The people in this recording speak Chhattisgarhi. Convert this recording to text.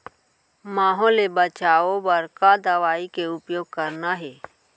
माहो ले बचाओ बर का दवई के उपयोग करना हे?